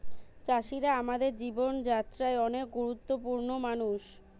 চাষিরা আমাদের জীবন যাত্রায় অনেক গুরুত্বপূর্ণ মানুষ